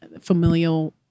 familial